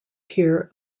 tier